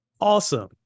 awesome